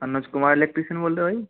अनुज Kumar electrician बोल रहे हो भाई